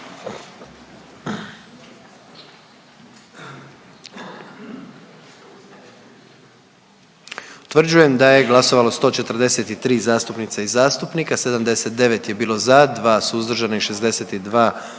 Utvrđujem da je glasovalo 143 zastupnica i zastupnika, 79 je bilo za, 2 suzdržana i 62 protiv,